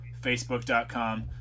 facebook.com